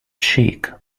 cheek